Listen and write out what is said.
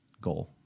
goal